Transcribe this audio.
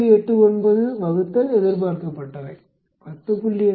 89 ÷ எதிர்பார்க்கப்பட்டவை 10